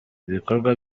ibikorwa